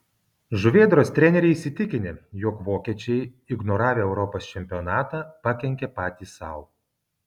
žuvėdros treneriai įsitikinę jog vokiečiai ignoravę europos čempionatą pakenkė patys sau